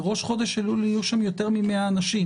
בראש חודש אלול יהיו שם יותר מ-100 אנשים.